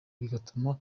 bigatuma